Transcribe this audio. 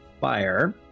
fire